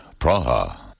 Praha